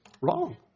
Wrong